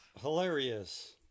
hilarious